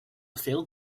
failed